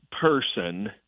person